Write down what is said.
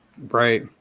Right